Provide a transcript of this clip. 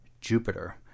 Jupiter